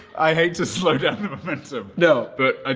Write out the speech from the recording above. i hate to slow down the momentum. no. but. ah